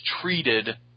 treated